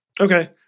Okay